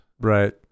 Right